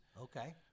Okay